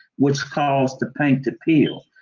which caused the paint to peel.